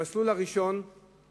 המסלול הראשון הוא